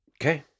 okay